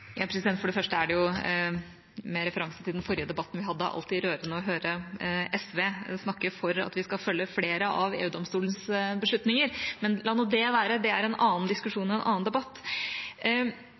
For det første er det jo, med referanse til den forrige debatten vi hadde, alltid rørende å høre SV snakke for at vi skal følge flere av EU-domstolens beslutninger. Men la nå det være, det er en annen diskusjon